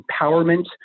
empowerment